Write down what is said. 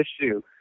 issue